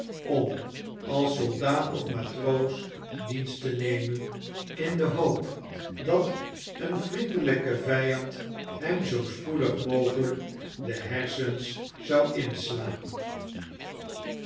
om als soldaat of matroos dienst te nemen in de hoop dat een vriendelijke vijand hem zoo spoedig mogelijk de hersens zou inslaan